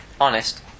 Honest